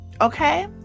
okay